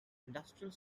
industrial